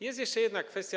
Jest jeszcze jedna kwestia.